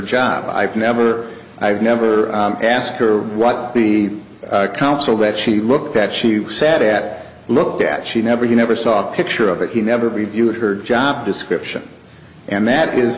job i've never i've never asked her what the counsel that she looked at she sat looked at she never you never saw a picture of it he never viewed her job description and that is